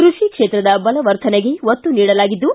ಕೃಷಿ ಕ್ಷೇತ್ರದ ಬಲವರ್ಧನೆಗೆ ಒತ್ತು ನೀಡಲಾಗಿದ್ದು